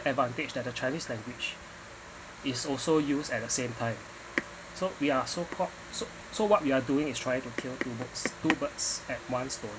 advantage that a chinese language is also used at the same time so we are so called so so what we are doing is trying to kill two birds two birds at once though